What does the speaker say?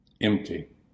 Empty